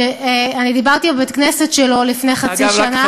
שאני דיברתי בבית-הכנסת שלו לפני חצי שנה.